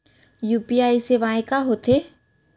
UPI सेवाएं का होथे